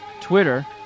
Twitter